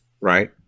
right